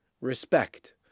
respect